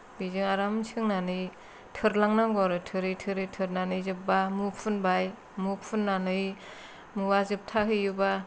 बेजों आराम सोंनानै थोरलांनांगौ आरो थोरै थोरै थोरनानै जोब्बा मु फुनबाय मु फुननानै मुवा जोबथाहैयोबा